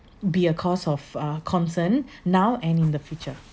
be a cause of uh concern now and in the future